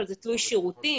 אבל זה תלוי שירותים,